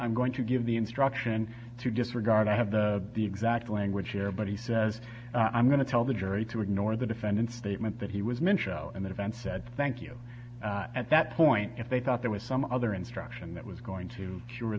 i'm going to give the instruction to disregard i have the exact language here but he says i'm going to tell the jury to ignore the defendant's statement that he was mentioned and the defense said thank you at that point if they thought there was some other instruction that was going to cure